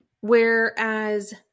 whereas